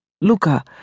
Luca